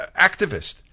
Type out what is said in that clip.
activist